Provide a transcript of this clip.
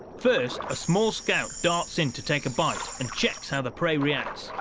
first, a small scout darts in to take a bite and checks how the prey reacts.